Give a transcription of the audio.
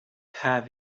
have